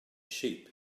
sheep